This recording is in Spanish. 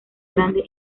grande